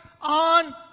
on